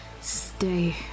Stay